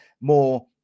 more